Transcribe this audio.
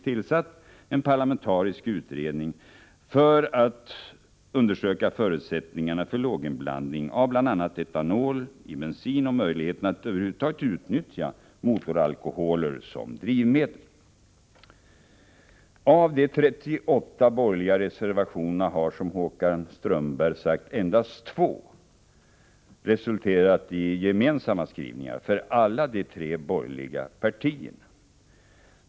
tillsatt en parlamentarisk utredning för att undersöka förutsättningarna för låginblandning av bl.a. etanol i bensin och möjligheterna att över huvud taget utnyttja motoralkoholen som drivmedel. Av de 38 borgerliga reservationerna är, som Håkan Strömberg sade, endast 2 gemensamma för alla de tre borgerliga partierna.